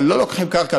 אבל לא לוקחים קרקע,